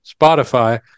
Spotify